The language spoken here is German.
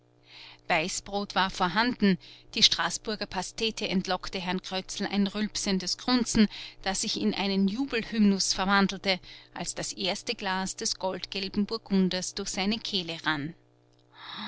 weißbrot war vorhanden die straßburger pastete entlockte herrn krötzl ein rülpsendes grunzen das sich in einen jubelhymnus verwandelte als das erste glas des goldgelben burgunders durch seine kehle rann